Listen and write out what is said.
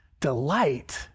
delight